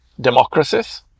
democracies